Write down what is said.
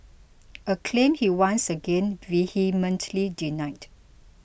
a claim he once again vehemently denied